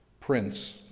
Prince